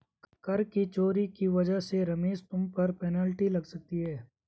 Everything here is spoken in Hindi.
कर की चोरी की वजह से रमेश तुम पर पेनल्टी लग सकती है